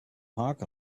park